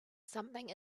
something